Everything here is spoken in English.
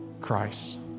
Christ